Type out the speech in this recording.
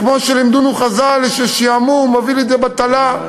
וכמו שלימדונו חז"ל: שעמום מביא לידי בטלה,